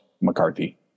McCarthy